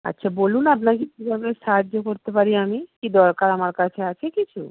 আচ্ছা বলুন আপনাকে কীভাবে সাহায্য করতে পারি আমি কী দরকার আমার কাছে আছে কিছু